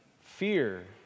fear